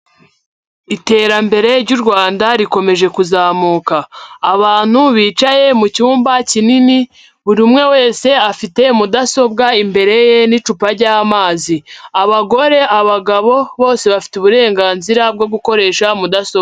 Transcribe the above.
Iterambere ry'u Rwanda rikomeje kuzamuka, abantu bicaye mu cyumba kinini buri umwe wese afite mudasobwa imbere ye n'icupa ry'amazi abagore, abagabo bose bafite uburenganzira bwo gukoresha mudasobwa.